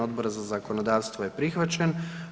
Odbora za zakonodavstvo je prihvaćen.